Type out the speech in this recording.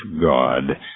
God